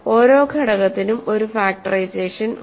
ഓരോ ഘടകത്തിനും ഒരു ഫാക്ടറൈസേഷൻ ഉണ്ട്